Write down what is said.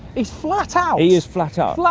he's flat out. he is flat out. like